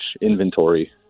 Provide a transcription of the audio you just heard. inventory